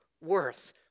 worth